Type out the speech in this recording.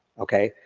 okay,